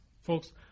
Folks